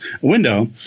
window